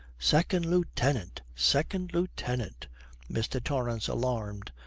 second lieutenant! second lieutenant mr. torrance, alarmed,